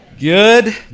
Good